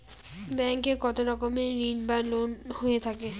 Bank এ কত রকমের ঋণ বা লোন হয়ে থাকে?